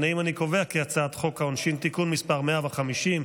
להעביר את הצעת חוק העונשין (תיקון מס' 150)